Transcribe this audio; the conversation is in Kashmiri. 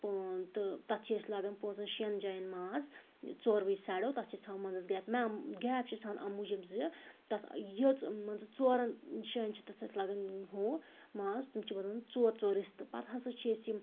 پٲن تہٕ تتھ چھِ أسۍ لاگان پانٛژَن شیٚن جاین ماز ژوروٕے سایڈو تتھ چھِ أسۍ تھاوان مَنٛزَس گیپ گیپ چھِ أسۍ تھاوان اَمہِ موٗجوٗب زِ تتھ یٔژ مان ژٕ ژورَن شٲین چھِ تتھ اَتھ لگَان ہُو ماز تِم چھِ بنان ژور ژور رِستہٕ پتہٕ ہَسا چھِ أسۍ یِم